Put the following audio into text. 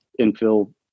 infill